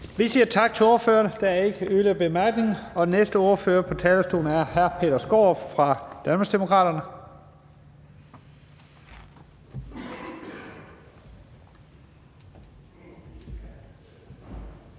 Vi siger tak til ordføreren. Der er ikke yderligere korte bemærkninger. Den næste ordfører på talerstolen er hr. Peter Skaarup fra Danmarksdemokraterne.